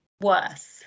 worse